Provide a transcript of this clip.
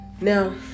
Now